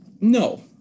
No